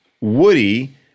Woody